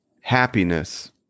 happiness